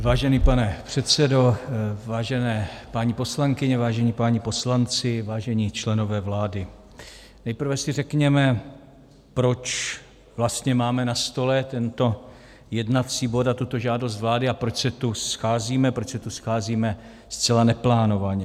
Vážený pane předsedo, vážené paní poslankyně, vážení páni poslanci, vážení členové vlády, nejprve si řekněme, proč vlastně máme na stole tento jednací bod a tuto žádost vlády a proč se tu scházíme, proč se tu scházíme zcela neplánovaně.